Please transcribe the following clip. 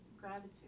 Gratitude